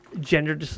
gender